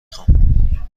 خوام